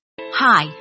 Hi